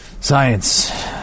science